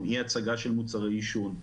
אי-הצגה של מוצרי עישון,